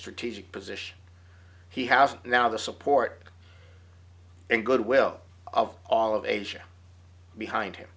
strategic position he has now the support and goodwill of all of asia behind him